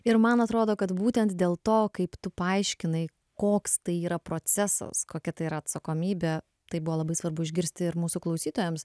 ir man atrodo kad būtent dėl to kaip tu paaiškinai koks tai yra procesas kokia tai yra atsakomybė tai buvo labai svarbu išgirsti ir mūsų klausytojams